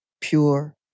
Pure